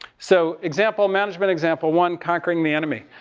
so example, management example, one conquering the enemy.